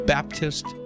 Baptist